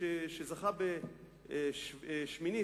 שמיניסט,